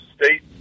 state